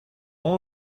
اون